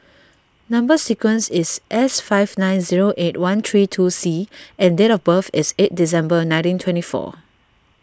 Number Sequence is S five nine zero eight one three two C and date of birth is eight December nineteen twenty four